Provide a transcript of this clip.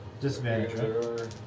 Disadvantage